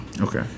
okay